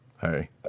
hey